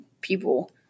people